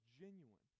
genuine